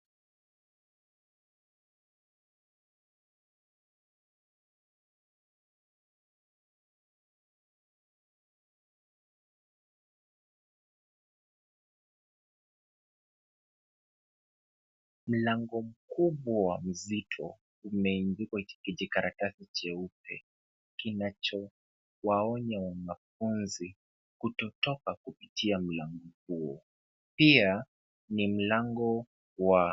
Mlango mkubwa msito imeandikwa kijikaratasi nyeupe kinachowaonya wanafunzi kutotoka kupitia mlango huo pia ni mlango wa.